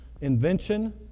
invention